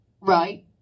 Right